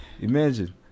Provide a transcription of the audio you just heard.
imagine